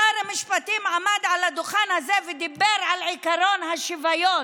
שר המשפטים עמד על הדוכן הזה ודיבר על עקרון השוויון,